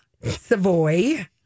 Savoy